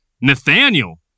Nathaniel